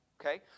okay